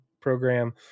program